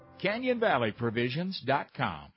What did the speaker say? CanyonValleyProvisions.com